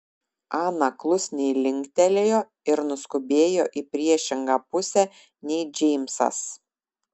ana klusniai linktelėjo ir nuskubėjo į priešingą pusę nei džeimsas